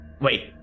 Wait